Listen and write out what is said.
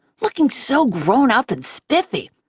looking so grown-up and spiffy.